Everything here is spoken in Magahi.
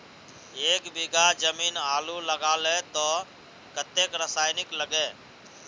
एक बीघा जमीन आलू लगाले तो कतेक रासायनिक लगे?